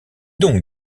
donc